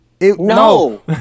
No